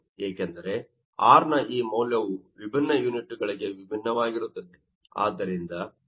ಏಕೆಂದರೆ R ನ ಈ ಮೌಲ್ಯವು ವಿಭಿನ್ನ ಯೂನಿಟ್ ಗಳಿಗೆ ವಿಭಿನ್ನವಾಗಿರುತ್ತದೆ